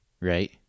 right